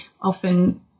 often